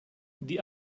die